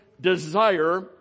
desire